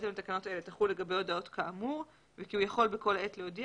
אלה תחול לגבי הודעות כאמור וכי הוא יכול בכל עת להודיע